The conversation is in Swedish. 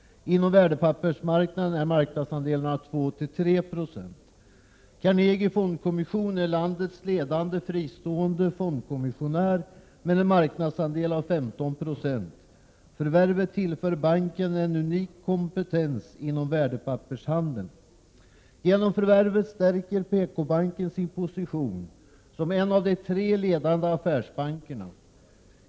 Inom värdepappersmarknaden är marknadsandelen 2-3 26. Carnegie Fondkommission är landets ledande fristående fondkommissionär med en marknadsandel av 15 96. Förvärvet tillför banken en unik kompetens inom värdepappershandeln. Genom förvärvet stärker PKbanken sin position som en av de tre ledande affärsbankerna.